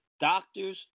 doctors